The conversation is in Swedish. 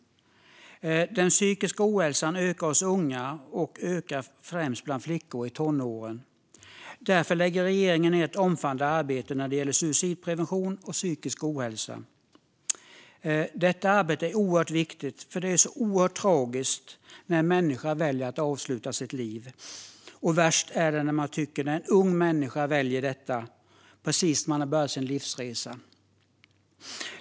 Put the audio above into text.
Den psykiska ohälsan ökar hos unga och främst bland flickor i tonåren. Därför lägger regeringen ned ett omfattande arbete när det gäller suicidprevention och psykisk hälsa. Detta arbete är oerhört viktigt, för det är så oerhört tragiskt när en människa väljer att avsluta sitt liv. Och värst tycker jag att det är när en ung människa väljer detta precis efter att ha börjat sin livsresa.